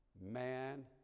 Man